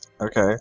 Okay